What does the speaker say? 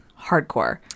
Hardcore